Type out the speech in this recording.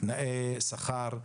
תנאי שכר,